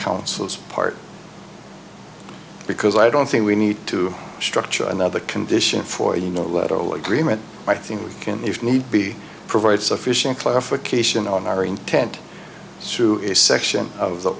counsels part because i don't think we need to structure another condition for you know little agreement i think we can if need be provide sufficient clarification on our intent through a section of the